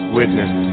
witness